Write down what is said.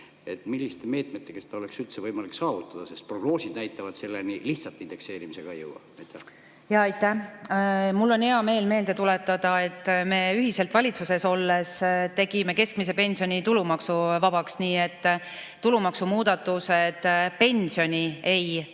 Milliste meetmetega seda oleks üldse võimalik saavutada, sest prognoosid näitavad, et selleni lihtsalt indekseerimisega ei jõua? Aitäh! Mul on hea meel meelde tuletada, et me ühiselt valitsuses olles tegime keskmise pensioni tulumaksuvabaks, nii et tulumaksumuudatused pensioni ei